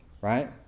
right